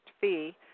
fee